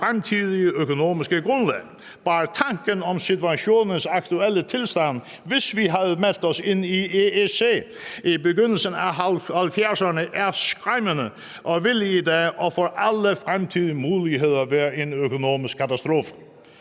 fremtidige økonomiske grundlag. Bare tanken om situationens aktuelle tilstand, hvis vi havde meldt os ind i EEC i begyndelsen af 1970'erne, er skræmmende og ville i dag og for alle fremtidige muligheder være en økonomisk katastrofe.